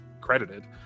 credited